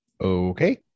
Okay